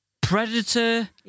predator